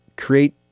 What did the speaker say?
create